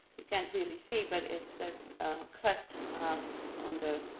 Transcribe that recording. you can't really see, but it's this cleft on the